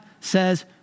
says